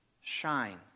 shine